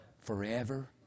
forever